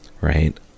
right